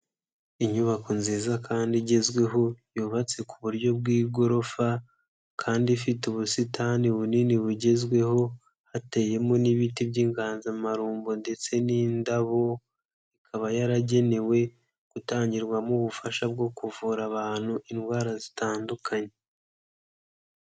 Inyubako nziza kandi igezweho yubatse ku buryo bw'igorofa kandi ifite ubusitani bunini bugezweho, hateyemo n'ibiti by'inganzamarumbo ndetse n'indabo, ikaba yaragenewe gutangirwamo ubufasha bwo kuvura abantu indwara zitandukanye.